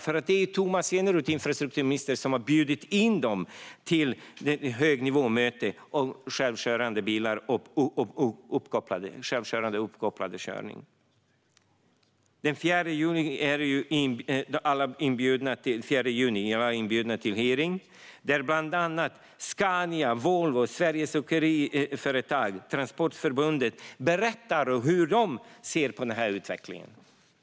Infrastrukturminister Tomas Eneroth har bjudit in dem till ett högnivåmöte om självkörande bilar och uppkopplad körning. Den 4 juni är också alla inbjudna till hearing, där bland annat Scania, Volvo, Sveriges Åkeriföretag och Transportarbetareförbundet berättar hur de ser på denna utveckling.